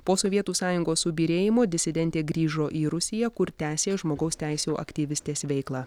po sovietų sąjungos subyrėjimo disidentė grįžo į rusiją kur tęsė žmogaus teisių aktyvistės veiklą